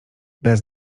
bez